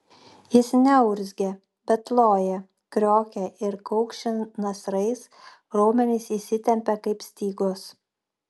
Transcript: jis neurzgia bet loja kriokia ir kaukši nasrais raumenys įsitempia kaip stygos